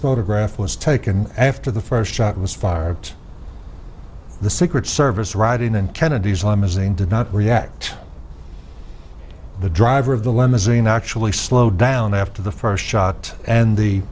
photograph was taken after the first shot was fired the secret service riding in kennedy's limousine did not react the driver of the limousine actually slowed down after the first shot and the